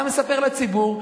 אתה מספר לציבור,